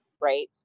Right